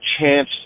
chance